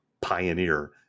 Pioneer